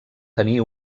tenir